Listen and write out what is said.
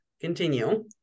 continue